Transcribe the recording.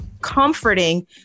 comforting